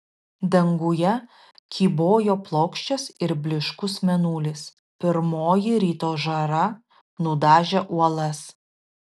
danguje kybojo plokščias ir blyškus mėnulis pirmoji ryto žara nudažė uolas